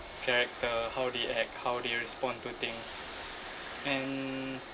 character how they act how they respond to things and